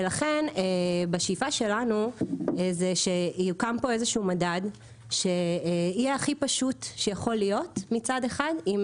לכן השאיפה שלנו היא שיוקם פה מדד שיהיה הכי פשוט שיכול להיות מצד אחד עם